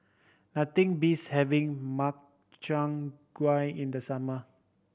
nothing beats having Makchang in the summer